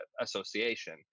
association